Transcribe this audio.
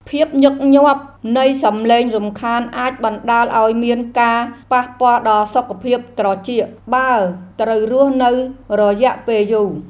ភាពញឹកញាប់នៃសំឡេងរំខានអាចបណ្តាលឱ្យមានការប៉ះពាល់ដល់សុខភាពត្រចៀក បើត្រូវរស់នៅរយៈពេលយូរ។